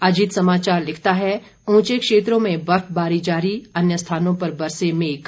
अजीत समाचार लिखता है उंचे क्षेत्रों में बर्फबारी जारी अन्य स्थानों पर बरसे मेघ